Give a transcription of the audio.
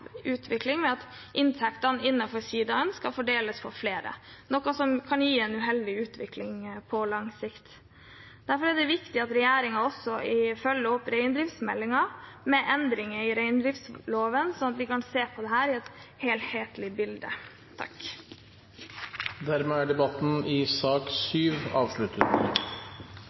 utvikling på lang sikt. Derfor er det viktig at regjeringen følger opp reindriftsmeldingen med endringer i reindriftsloven slik at vi kan se på dette i et helhetlig bilde. Flere har ikke bedt om ordet til sak